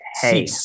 hey